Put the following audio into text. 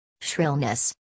shrillness